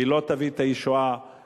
לא תביא את הישועה.